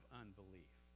unbelief